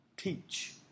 Teach